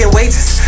wages